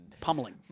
Pummeling